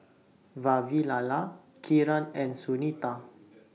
Vavilala Kiran and Sunita